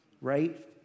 right